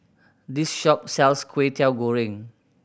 this shop sells Kway Teow Goreng